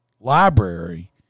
library